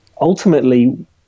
ultimately